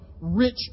rich